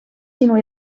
sinu